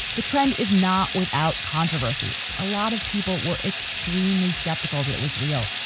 the trend is not without controversy. a lot of people were extremely skeptical that it was real.